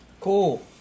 Cool